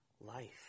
life